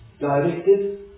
directed